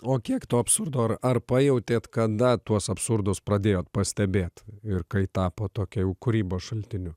o kiek to absurdo ar ar pajautėt kada tuos absurdus pradėjot pastebėt ir kai tapo tokia jau kūrybos šaltiniu